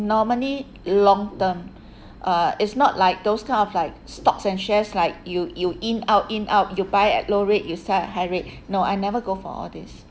normally long-term uh it's not like those kind of like stocks and shares like you you in out in out you buy at low rate you you sell at high rate no I never go for all these